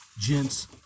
Gents